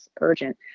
urgent